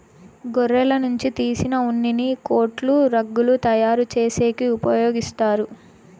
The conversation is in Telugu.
గొర్రెల నుంచి తీసిన ఉన్నిని కోట్లు, రగ్గులు తయారు చేసేకి ఉపయోగిత్తారు